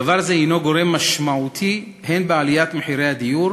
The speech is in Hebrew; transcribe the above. דבר זה הוא גורם משמעותי הן בעליית מחירי הדיור